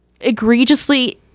egregiously